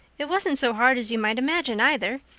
it wasn't so hard as you might imagine, either.